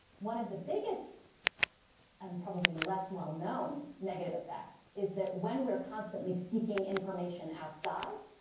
one of the biggest and probably less well known negative effects is that when we're constantly seeking information outside,